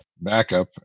backup